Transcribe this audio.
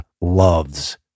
loves